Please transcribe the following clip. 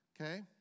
Okay